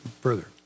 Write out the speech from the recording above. further